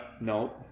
No